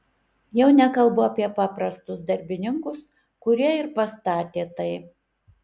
jau nekalbu apie paprastus darbininkus kurie ir pastatė tai